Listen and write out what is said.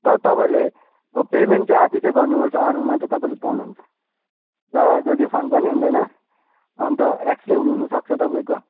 तर तपाईँले पेमेन्ट चाहिँ आदि चाहिँ गर्नुपर्छ अनि मात्रै तपाईँले पाउनुहुन्छ चार्ज रिफन्ड पनि हुँदैन अन्त एक्सचेन्ज हुनुसक्छ तपाईँको